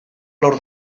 lor